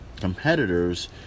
competitors